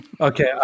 Okay